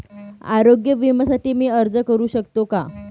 आरोग्य विम्यासाठी मी अर्ज करु शकतो का?